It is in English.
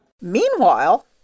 Meanwhile